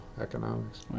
economics